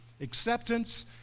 Acceptance